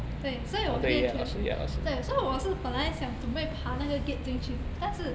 对所以我还是对所以我是本来想准备要爬那个 gate 进去的但是